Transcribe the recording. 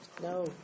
No